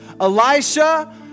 Elisha